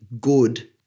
good